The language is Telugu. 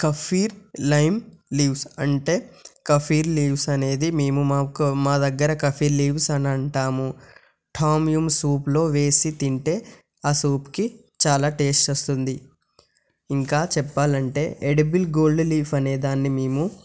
కఫీర్ లైమ్ లీవ్స్ అంటే కఫీర్ లీవ్స్ అనేది మేము మా దగ్గర కాఫీ లీవ్స్ అని అంటాము టామ్యం సూప్లో వేసి తింటే ఆ సూప్కి చాలా టేస్ట్ వస్తుంది ఇంకా చెప్పాలంటే ఎడిబుల్ గోల్డ్ లీఫ్ అనేదాన్ని మేము